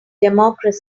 democracy